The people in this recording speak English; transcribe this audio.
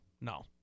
no